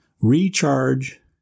recharge